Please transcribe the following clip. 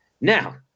now